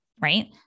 right